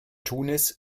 tunis